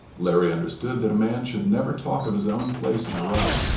larry understood that a man should never talk of his own place in a run,